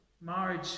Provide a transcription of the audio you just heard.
Marriage